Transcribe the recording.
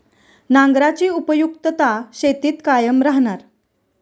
नांगराची उपयुक्तता शेतीत कायम राहणार